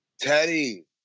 Teddy